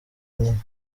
nyina